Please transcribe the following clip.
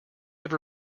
have